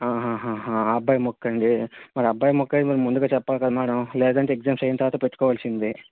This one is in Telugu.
హా హా హా హా అబ్బాయి మొక్కండి మరి అబ్బాయి మొక్కైతే మరి ముందుగా చెప్పాలి కదా మేడం లేదంటే ఎగ్జామ్స్ అయిన తర్వాత పెట్టుకోవాల్సింది